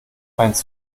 meinst